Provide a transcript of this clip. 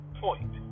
point